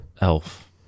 Elf